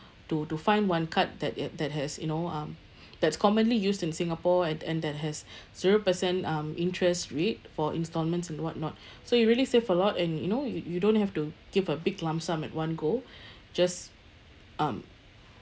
to to find one card that ha~ that has you know um that's commonly used in singapore and and that has zero percent um interest rate for installments and whatnot so you really save a lot and you know you you don't have to give a big lump sum at one go just um